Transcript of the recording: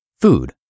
Food